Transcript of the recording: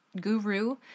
guru